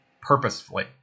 purposefully